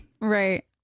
right